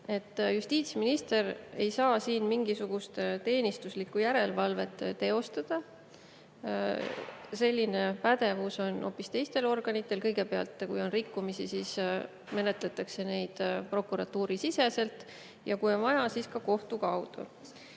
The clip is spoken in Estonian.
justiitsminister ei saa siin mingisugust teenistuslikku järelevalvet teostada. Selline pädevus on hoopis teistel organitel. Kõigepealt, kui on rikkumisi, siis menetletakse neid prokuratuurisiseselt, ja kui on vaja, siis ka kohtu kaudu.